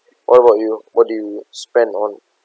what about you what do you spend on